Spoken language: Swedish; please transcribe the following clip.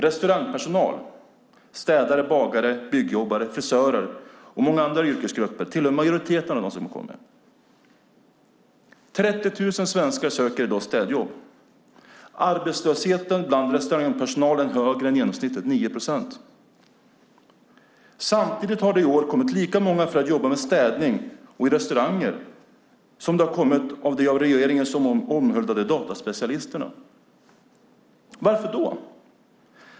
Restaurangpersonal, städare, bagare, byggjobbare, frisörer och många andra yrkesgrupper tillhör majoriteten av dem som kommit. 30 000 svenskar söker i dag städjobb. Arbetslösheten bland restaurangpersonalen är högre än genomsnittet, 9 procent. Samtidigt har det i år kommit lika många för att jobba med städning och på restaurang som de av regeringen så omhuldade dataspecialisterna. Varför då?